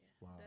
Wow